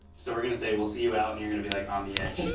so we're gonna say we'll see you out and you're gonna be like on the edge.